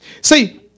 See